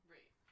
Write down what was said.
Right